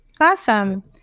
Awesome